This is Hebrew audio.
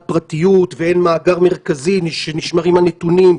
פרטיות ואין מאגר מרכזי שבו נשמרים הנתונים,